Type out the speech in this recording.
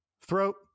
throat